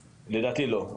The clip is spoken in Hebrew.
לדעתי, לא.